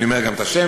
אני אומר גם את השם,